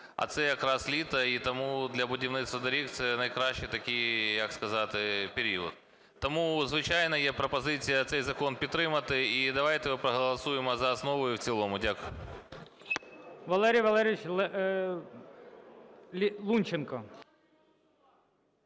а це якраз літо, і тому для будівництва доріг - це найкращий такий, як сказати, період. Тому, звичайно, є пропозиція цей закон підтримати, і давайте його проголосуємо за основу і в цілому. Дякую. ГОЛОВУЮЧИЙ. Валерій Валерійович Лунченко.